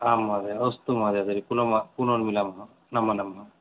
आं महोदये अस्तु महोदये पुनर् पुनर्मिलामः नमो नमः